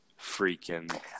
freaking